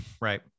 Right